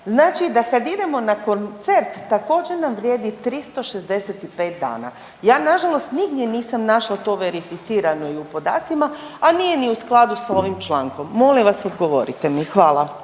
Znači da kad idemo na koncert, također nam vrijedi 365 dana. Ja nažalost nigdje nisam našla to verificirano i u podacima, a nije ni u skladu s ovim člankom. Molim vas, odgovorite mi.